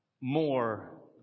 more